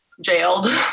jailed